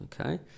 okay